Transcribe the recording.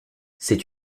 c’est